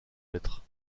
être